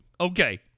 Okay